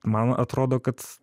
man atrodo kad